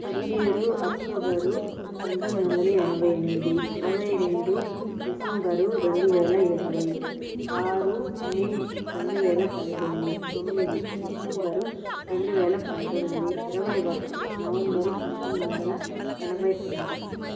పదిహేడు అక్టోబరు పంతొమ్మిది వందల ఎనభై ఎనిమిది ఇరవై రెండు డిసెంబరు రెండు వేల ఇరవై ఆరు మే రెండు వేల పదిహేను తొమ్మిది డిసెంబరు రెండు వేల పంతొమ్మిది ఇరవై ఒకటి నవంబరు పంతొమ్మిది వందల ఎనభై తొమ్మిది